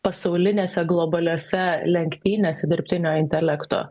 pasaulinėse globaliose lenktynėse dirbtinio intelekto